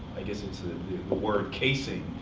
i guess it's the word, casing.